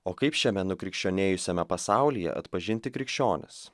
o kaip šiame nukrikščionėjusiame pasaulyje atpažinti krikščionis